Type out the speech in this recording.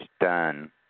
done